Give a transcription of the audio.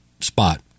spot